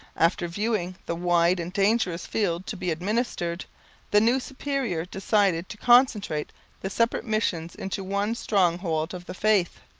after viewing the wide and dangerous field to be administered the new superior decided to concentrate the separate missions into one stronghold of the faith.